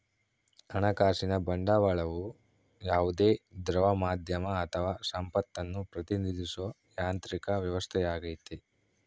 ಹಣಕಾಸಿನ ಬಂಡವಾಳವು ಯಾವುದೇ ದ್ರವ ಮಾಧ್ಯಮ ಅಥವಾ ಸಂಪತ್ತನ್ನು ಪ್ರತಿನಿಧಿಸೋ ಯಾಂತ್ರಿಕ ವ್ಯವಸ್ಥೆಯಾಗೈತಿ